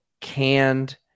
canned